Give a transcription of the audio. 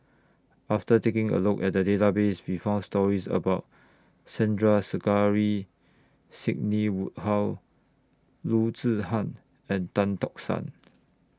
after taking A Look At The Database We found stories about Sandrasegaran Sidney Woodhull Loo Zihan and Tan Tock San